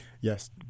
Yes